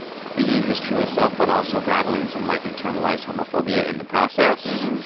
being his truest self but also battling some, like, internalized homophobia in the process.